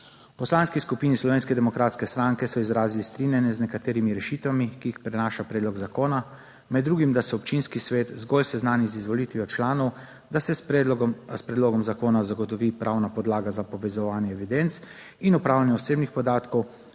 Poslanski skupini Slovenske demokratske stranke so izrazili strinjanje z nekaterimi rešitvami, ki jih prinaša predlog zakona. Med drugim, da se Občinski svet zgolj seznani z izvolitvijo članov, da se s predlogom zakona zagotovi pravna podlaga za povezovanje evidenc in upravljanje osebnih podatkov,